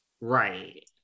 Right